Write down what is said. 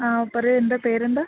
ആ പറയൂ എന്താ പേരെന്താണ്